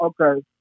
Okay